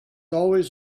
always